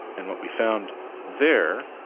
and what we found there,